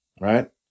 right